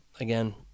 again